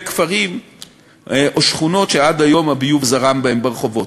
בכפרים או שכונות שעד היום הביוב זרם בהם ברחובות.